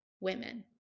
women